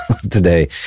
today